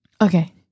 Okay